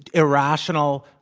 irrational,